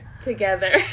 together